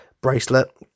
bracelet